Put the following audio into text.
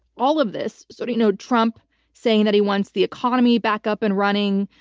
all of this, sort of you know trump saying that he wants the economy back up and running,